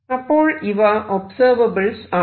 അപ്പോൾ ഇവ ഒബ്സെർവബിൾസ് ആണോ